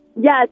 Yes